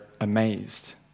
amazed